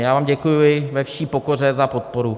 Já vám děkuji ve vší pokoře za podporu.